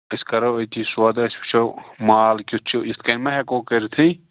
أسۍ کرٕۂو أتی سودا أسۍ وٕچھو مال کیُتھ چھُ یِتھ کَنۍ مَہ ہٮ۪کو کٔرتھٕے